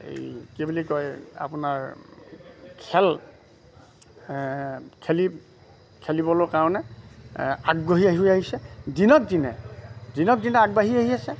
এই কি বুলি কয় আপোনাৰ খেল খেলি খেলিবলৈ কাৰণে আগবাঢ়ি আহি আহিছে দিনক দিনে দিনক দিনে আগবাঢ়ি আহি আছে